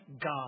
God